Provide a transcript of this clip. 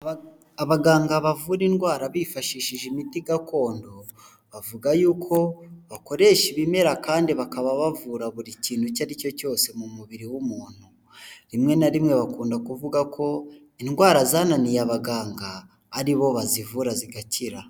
Abaganga bavura indwara bifashishije imiti gakondo bavuga yuko bakoresha ibimera kandi bakaba bavura buri kintu icyo ari cyo cyose mu mubiri w'umuntu, rimwe na rimwe bakunda kuvuga ko indwara zananiye abaganga ari bo bazivura zigakira.